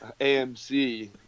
AMC